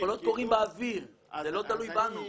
הקולות קוראים באוויר, זה לא תלוי בנו.